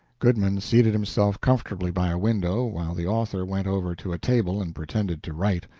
goodman seated himself comfortably by a window, while the author went over to a table and pretended to write,